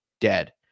dead